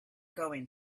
going